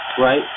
Right